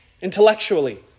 intellectually